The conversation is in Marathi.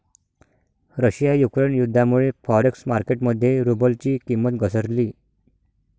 रशिया युक्रेन युद्धामुळे फॉरेक्स मार्केट मध्ये रुबलची किंमत घसरली